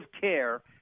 care